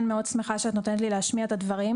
אני מנסה להבין למה צריך את המכסה הזאת?